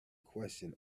question